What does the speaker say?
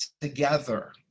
together